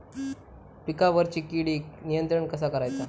पिकावरची किडीक नियंत्रण कसा करायचा?